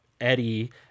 Eddie